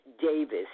Davis